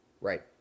Right